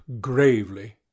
gravely